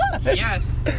Yes